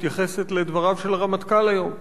מתייחסת לדבריו של הרמטכ"ל היום.